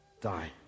Die